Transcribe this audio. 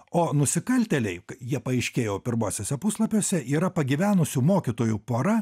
o nusikaltėliai jie paaiškėjo pirmuosiuose puslapiuose yra pagyvenusių mokytojų pora